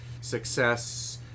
success